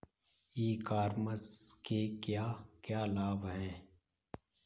ई commerce के क्या क्या लाभ हैं?